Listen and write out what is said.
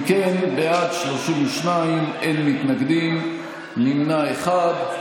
אם כן, בעד, 32, אין מתנגדים, נמנע אחד.